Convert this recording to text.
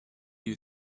you